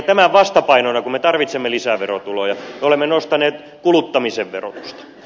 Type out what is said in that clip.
tämän vastapainona kun me tarvitsemme lisää verotuloja me olemme nostaneet kuluttamisen verotusta